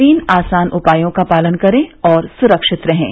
तीन आसान उपायों का पालन करें और सुरक्षित रहें